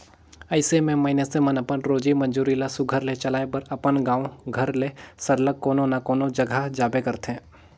अइसे में मइनसे मन अपन रोजी मंजूरी ल सुग्घर ले चलाए बर अपन गाँव घर ले सरलग कोनो न कोनो जगहा जाबे करथे